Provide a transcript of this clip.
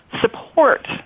support